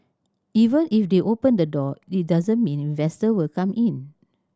even if they open the door it doesn't mean investor will come in